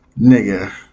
nigga